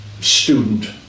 student